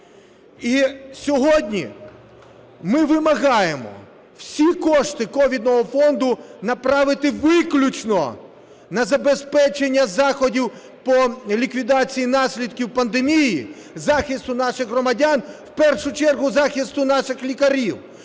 І сьогодні ми вимагаємо всі кошти ковідного фонду направити виключно на забезпечення заходів по ліквідації наслідків пандемії, захисту наших громадян, в першу чергу захисту наших лікарів.